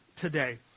today